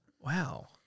Wow